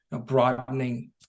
broadening